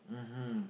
mmhmm